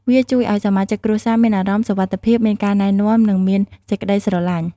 វាជួយឲ្យសមាជិកគ្រួសារមានអារម្មណ៍ សុវត្ថិភាព មានការណែនាំ និងមានសេចក្តីស្រលាញ់។